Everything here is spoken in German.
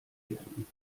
werden